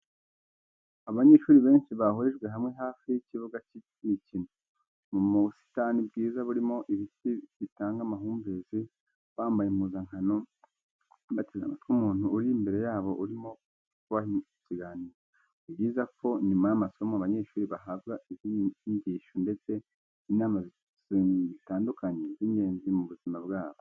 Abanyeshuri benshi bahurijwe hamwe hafi y'ikibuga cy'imikino, mu busitani bwiza burimo ibiti bitanga amahumbezi, bambaye impuzankano, bateze amatwi umuntu uri imbere yabo urimo kubaha ikiganiro. Ni byiza ko nyuma y'amasomo abanyeshuri bahabwa izindi nyigisho ndetse n'inama zitandukanye z'ingenzi mu buzima bwabo.